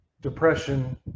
depression